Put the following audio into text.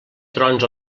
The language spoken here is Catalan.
trons